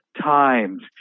times